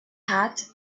hat